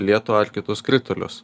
lietų ar kitus kritulius